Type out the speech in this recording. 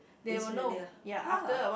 is really ah !huh!